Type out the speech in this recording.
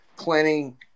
planning